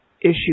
issue